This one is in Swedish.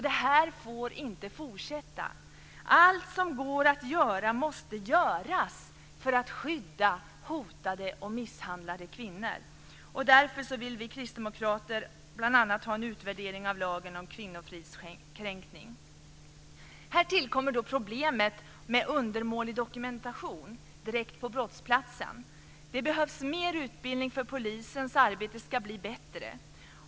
Detta får inte fortsätta. Allt som går att göra måste också göras för att skydda hotade och misshandlade kvinnor. Därför vill vi kristdemokrater bl.a. ha en utvärdering av lagen om kvinnofridskränkning. Här tillkommer problemet med undermålig dokumentation direkt på brottsplatsen. Det behövs mer utbildning för att polisens arbete ska bli bättre.